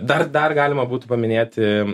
dar dar galima būtų paminėti